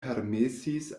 permesis